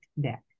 deck